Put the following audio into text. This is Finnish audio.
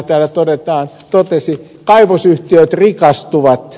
tennilä täällä totesi kaivosyhtiöt rikastuvat ed